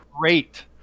great